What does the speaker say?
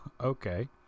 okay